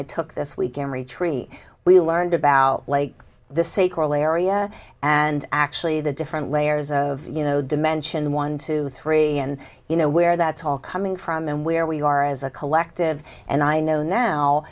i took this weekend retreat we learned about like this a corollary and actually the different layers of you know dimension one two three and you know where that's all coming from and where we are as a collective and i know now